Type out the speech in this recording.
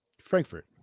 Frankfurt